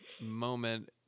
moment